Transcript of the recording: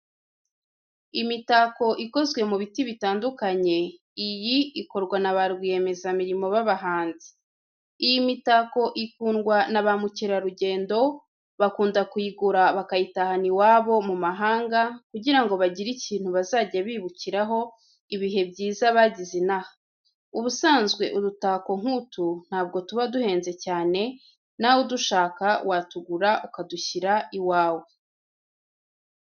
Imitako ikozwe mu biti bitandukanye, iyi ikorwa na ba rwiyemezamirimo b'abahanzi. Iyi mitako ikundwa na. ba mukerarugendo, bakunda kuyigura bakayitahana iwabo mu mahanga kugira ngo bagire ikintu bazajya bibukiraho ibihe byiza bagize inaha. Ubusanzwe udutako nk'utu ntabwo tuba duhenze cyane, nawe udushaka watugura ukadushira iwawe.